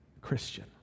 Christian